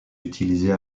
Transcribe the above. utilisée